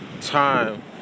time